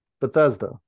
Bethesda